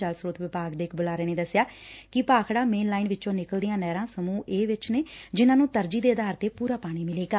ਜਲ ਸਰੋਤ ਵਿਭਾਗ ਦੇ ਇਕ ਬੁਲਾਰੇ ਨੇ ਦਸਿਆ ਕਿ ਭਾਖੜਾ ਮੇਨ ਲਾਈਨ ਵਿਚੋਂ ਨਿਕਲਦੀਆਂ ਨਹਿਰਾਂ ਸਮੁਹ ਏ ਵਿਚ ਨੇ ਇਨ੍ਹਾਂ ਨੂੰ ਤਰਜੀਹ ਦੇ ਆਧਾਰ ਤੇ ਪੁਰਾ ਪਾਣੀ ਮਿਲੇਗਾ